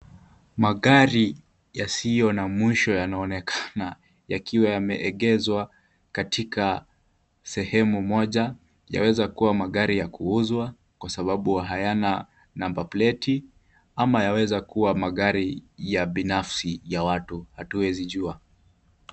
Magari yasiyo na mwisho yanaonekana yakiwa yameegezwa katika sehemu moja. Yaweza kuwa magari ya kuuzwa kwasababu hayana number plate [ cs] ama yanaweza kuwa magari ya binafsi ya watu hatuwezijuwa.